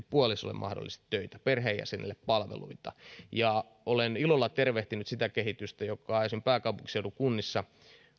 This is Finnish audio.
puolisolle mahdollisesti töitä perheenjäsenille palveluita olen ilolla tervehtinyt sitä kehitystä joka esimerkiksi pääkaupunkiseudun kunnissa